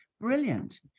brilliant